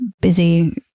busy